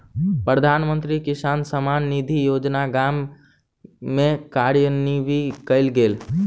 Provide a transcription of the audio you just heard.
प्रधानमंत्री किसान सम्मान निधि योजना गाम में कार्यान्वित कयल गेल